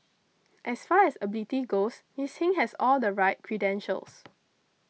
as far as ability goes Miss Hing has all the right credentials